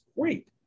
great